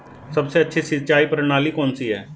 सबसे अच्छी सिंचाई प्रणाली कौन सी है?